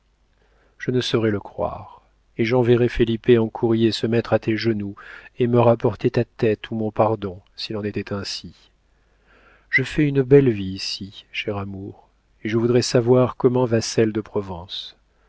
je ne saurais le croire et j'enverrais felipe en courrier se mettre à tes genoux et me rapporter ta tête ou mon pardon s'il en était ainsi je fais une belle vie ici cher amour et je voudrais savoir comment va celle de provence